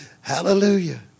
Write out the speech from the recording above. Hallelujah